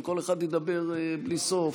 אם כל אחד ידבר בלי סוף,